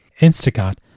Instacart